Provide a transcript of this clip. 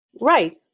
Right